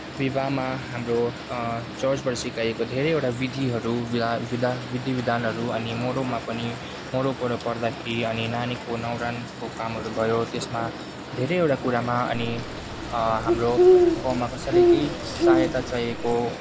विवाहमा हाम्रो चर्चबाट सिकाइएको धेरैवटा विधिहरू विधा विधा विधिविधानहरू अनि मराउमा पनि मराउ पराउ पर्दाखेरि अनि नानीको न्वारानको कामहरू भयो त्यसमा धेरैवटा कुरामा अनि हाम्रो गाउँमा कसैलाई केही सहायता चाहिएको